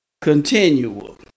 continual